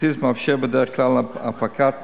הכרטיס מאפשר בדרך כלל הפקת מידע,